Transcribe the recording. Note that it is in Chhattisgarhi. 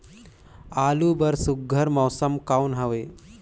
आलू बर सुघ्घर मौसम कौन हवे?